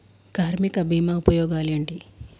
కార్మిక బీమా ఉపయోగాలేంటి?